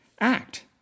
Act